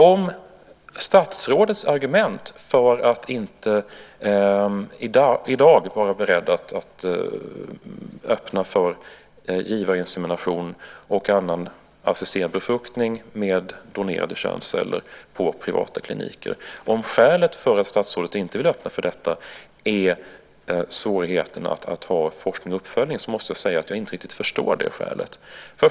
Om statsrådets skäl för att inte i dag vilja öppna för givarinsemination och annan assisterad befruktning med donerade könsceller på privata kliniker är svårigheten att ha forskning och uppföljning måste jag säga att jag inte riktigt förstår det skälet.